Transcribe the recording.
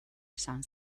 izan